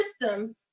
systems